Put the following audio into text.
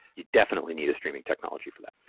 you definitely need a streaming technology for that.